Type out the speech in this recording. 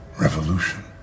revolution